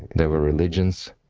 there were religions,